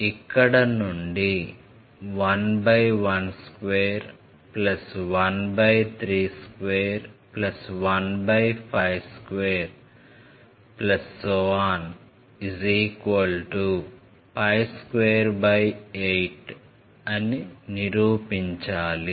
ఇక్కడ నుండి 11213215228 అని నిరూపించాలి